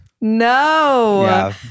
No